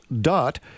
dot